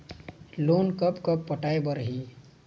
Loan कब कब पटाए बर हे?